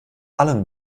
allen